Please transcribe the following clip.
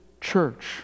church